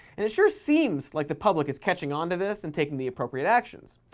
and it sure seems like the public is catching on to this and taking the appropriate actions.